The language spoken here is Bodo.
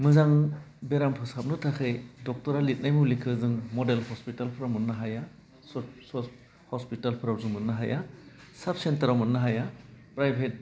मोजां बेराम फोसाबनो थाखाय डक्टरा लिरनाय मुलिखौ जों मडेल हस्पितालफ्राव मोननो हाया सब हस्पितालफ्रावथ' मोननो हाया साब सेन्टाराव मोननो हाया प्राइभेट